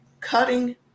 cutting